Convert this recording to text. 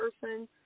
person